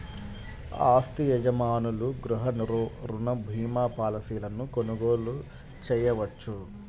ఆస్తి యజమానులు గృహ రుణ భీమా పాలసీలను కొనుగోలు చేయవచ్చు